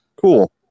Cool